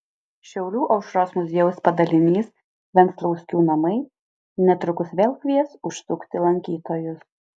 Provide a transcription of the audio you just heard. šiaulių aušros muziejaus padalinys venclauskių namai netrukus vėl kvies užsukti lankytojus